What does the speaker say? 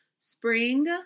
spring